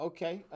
Okay